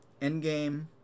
Endgame